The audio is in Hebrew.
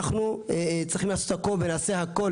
אנחנו צריכים לעשות הכול ונעשה הכול.